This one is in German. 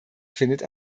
findet